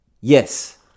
Yes